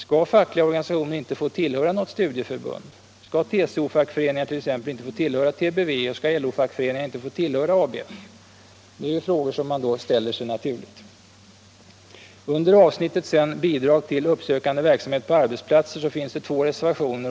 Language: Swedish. Skall fackliga organisationer inte få tillhöra något studieförbund? Skall t.ex. TCO-fackföreningar inte få tillhöra TBV? Skall LO-fackföreningar inte få tillhöra ABF? Det är frågor som man helt naturligt ställer sig. Under avsnittet Bidrag till uppsökande verksamhet på arbetsplatser m.m. finns två reservationer.